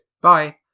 Bye